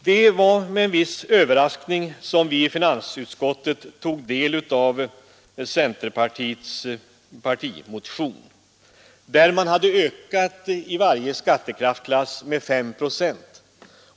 Det var med en viss överraskning som vi i finansutskottet tog del av centerpartiets partimotion, där man i varje skattekraftsklass har ökat med S procent.